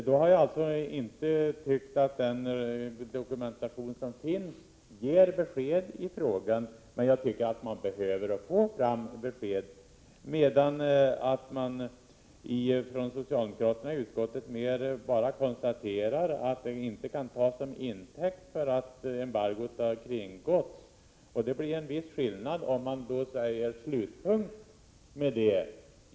Jag har alltså inte tyckt att den dokumentation som finns ger besked i frågan, men jag tycker att man behöver få fram besked, medan socialdemokraterna i utskottet bara konstaterar att bristen på dokumentation inte kan tas till intäkt för ett påstående om att embargot har kringgåtts. Det är en viss skillnad, om man slutligt sätter punkt med det.